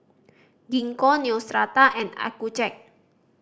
Gingko Neostrata and Accucheck